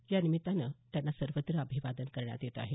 यानिमित्तानं त्यांना सर्वत्र अभिवादन करण्यात येत आहे